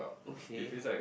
okay